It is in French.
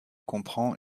comprend